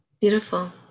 beautiful